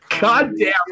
goddamn